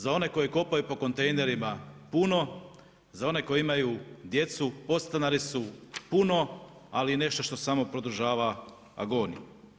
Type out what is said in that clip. Za one koji kopaju po kontejnerima, puno, za one koji imaju djecu, podstanari su, puno, ali nešto što samo produžava agoniju.